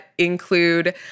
Include